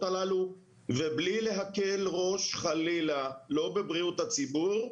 הללו ובלי להקל ראש חלילה לא בבריאות הציבור,